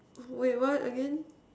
wait what again